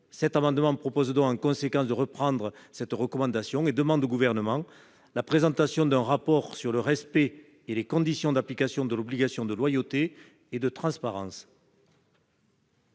cet amendement tend à reprendre cette recommandation en demandant au Gouvernement la présentation d'un rapport sur le respect et les conditions d'application de l'obligation de loyauté et de transparence.